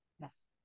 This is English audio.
Yes